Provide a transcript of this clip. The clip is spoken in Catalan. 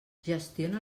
gestiona